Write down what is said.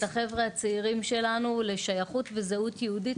החבר'ה הצעירים שלנו לשייכות וזהות יהודית,